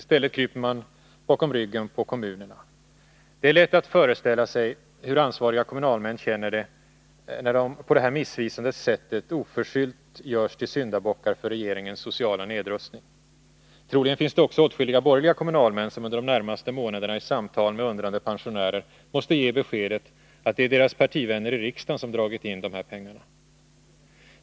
I ställer kryper man bakom ryggen på kommunerna. Det är lätt att föreställa sig hur ansvariga kommunalmän känner det när de på det här missvisande sättet oförskyllt görs till syndabockar för regeringens sociala nedrustning. Troligen finns det också åtskilliga borgerliga kommunalmän som under de närmaste månaderna i samtal med undrande pensionärer måste ge beskedet att det är deras partivänner i riksdagen som har dragit in dessa pengar.